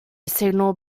signal